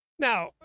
Now